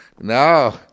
No